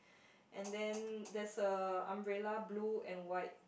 and then there's a umbrella blue and white